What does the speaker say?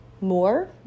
more